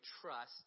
trust